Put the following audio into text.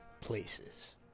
places